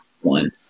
one